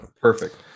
Perfect